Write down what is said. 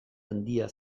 handia